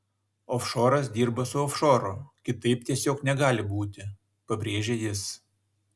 ofšoras dirba su ofšoru kitaip tiesiog negali būti pabrėžė jis